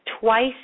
twice